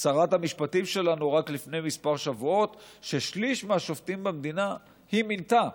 שרת המשפטים שלנו רק לפני כמה שבועות ששליש מהשופטים במדינה היא מינתה,